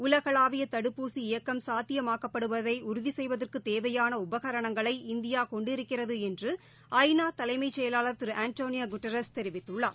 உலகளாவிய தடுப்பூசி இயக்கம் சாத்தியமாக்கப்படுவதை உறுதி செய்வதற்கு தேவையான உபகரணங்களை இந்தியா கொண்டிருக்கிறது என்று ஐ நா தலைமைச் செயலாளர் திரு ஆண்டோனியோ கெட்டாரஸ் தெரிவித்துள்ளார்